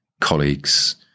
colleagues